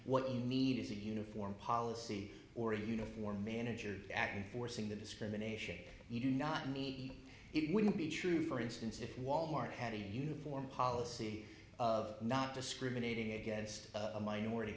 what you need is a uniform policy or a uniform manager act in forcing the discrimination you do not meet it wouldn't be true for instance if wal mart had a uniform policy of not discriminating against a minority